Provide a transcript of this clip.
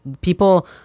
people